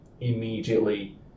immediately